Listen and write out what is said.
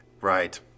Right